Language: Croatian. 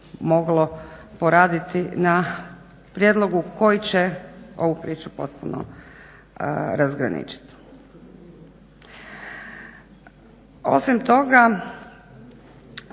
moglo poraditi na prijedlogu koji će ovu priču potpuno razgraničiti. Osim toga,